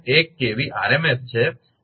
s છે તો આ r